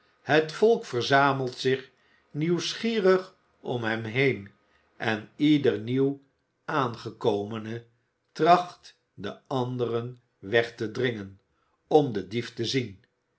het volk verzamelt zich nieuwsgierig om hem heen en ieder nieuw aangekomene tracht den anderen weg te dringen om den dief te zien